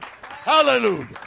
Hallelujah